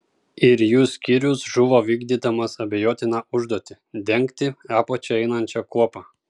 ir jų skyrius žuvo vykdydamas abejotiną užduotį dengti apačia einančią kuopą